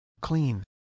Clean